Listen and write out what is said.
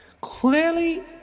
clearly